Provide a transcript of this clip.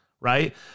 Right